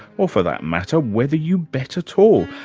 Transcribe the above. or for that matter, whether you bet at all,